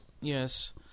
Yes